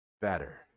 better